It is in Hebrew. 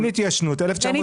אין התיישנות, נכון.